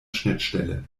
schnittstelle